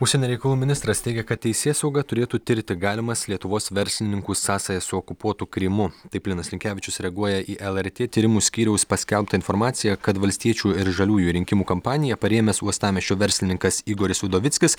užsienio reikalų ministras teigia kad teisėsauga turėtų tirti galimas lietuvos verslininkų sąsajas su okupuotu krymu taip linas linkevičius reaguoja į lrt tyrimų skyriaus paskelbtą informaciją kad valstiečių ir žaliųjų rinkimų kampaniją parėmęs uostamiesčio verslininkas igoris udovickis